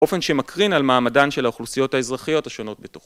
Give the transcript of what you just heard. באופן שמקרין על מעמדן של האוכלוסיות האזרחיות השונות בתוכו.